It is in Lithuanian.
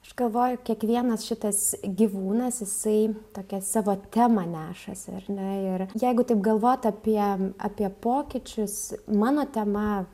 aš galvoju kiekvienas šitas gyvūnas jisai tokią savo temą nešasi ar ne ir jeigu taip galvot apie apie pokyčius mano tema